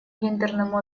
гендерному